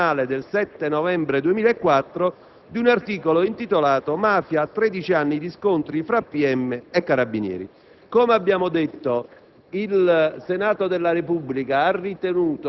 alla pubblicazione sul quotidiano «il Giornale» del 7 novembre 2004 di un articolo intitolato «Mafia, 13 anni di scontri fra PM e Carabinieri».